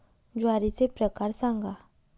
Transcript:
ज्वारीचे प्रकार सांगा